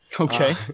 Okay